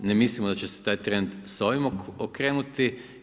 Ne mislimo da će se taj trend sa ovim okrenuti.